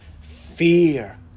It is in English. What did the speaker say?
fear